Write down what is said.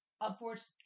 Upwards